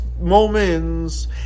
moments